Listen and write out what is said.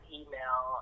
email